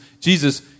Jesus